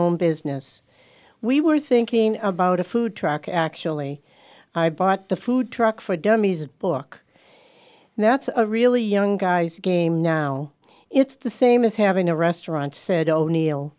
own business we were thinking about a food truck actually i bought the food truck for dummies book now that's a really young guys game now it's the same as having a restaurant said o'neil